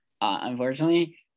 unfortunately